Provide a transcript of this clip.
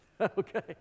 okay